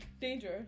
danger